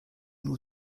nur